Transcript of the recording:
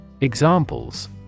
Examples